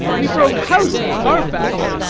we broke house at carfax,